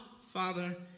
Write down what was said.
Father